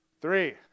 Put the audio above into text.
Three